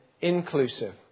inclusive